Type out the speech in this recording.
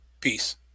Peace